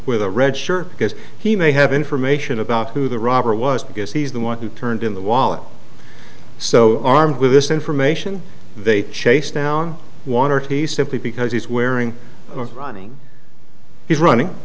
the red shirt because he may have information about who the robber was because he's the one who turned in the wallet so armed with this information they chase down one or two simply because he's wearing running he's running